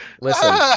listen